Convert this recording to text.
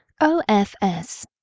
OFS